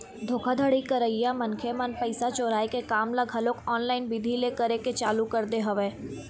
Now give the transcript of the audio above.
धोखाघड़ी करइया मनखे मन पइसा चोराय के काम ल घलोक ऑनलाईन बिधि ले करे के चालू कर दे हवय